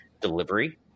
delivery